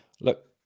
Look